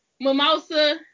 mimosa